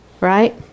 right